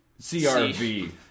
CRV